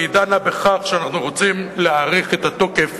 והיא דנה בכך שאנחנו רוצים להאריך את התוקף